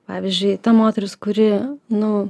pavyzdžiui ta moteris kuri nu